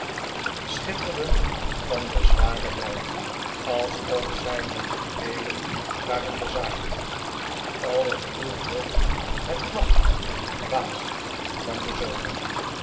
schitterden van den zwaren dauw alsof zij met juweelen waren bezaaid alles droeg nog het lachende waas van den zomer